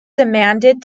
demanded